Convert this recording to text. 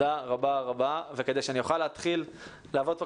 אני אלך לנסות להתעסק בנורבגי כדי לשחרר את עצמי משאר הוועדות.